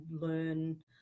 learn